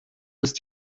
ist